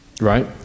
right